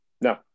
No